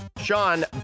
Sean